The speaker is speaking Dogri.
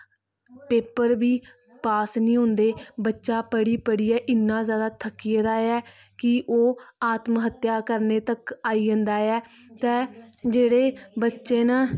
पेपर बी पास निं होंदे बच्चा पढ़ी पढ़ियै इन्ना ज्यादा थक्की गेदा ऐ कि ओह् आत्महत्या करने तक आई जंदा ऐ ते जेह्ड़े बच्चे न